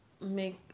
make